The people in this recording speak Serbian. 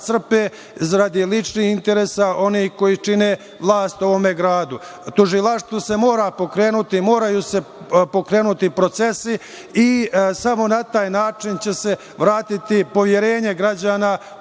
crpe radi ličnih interesa onih koji čine vlast u ovom gradu. Tužilaštvo se mora pokrenuti, moraju se pokrenuti procesi i samo na taj način će se vratiti poverenje građana